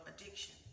addiction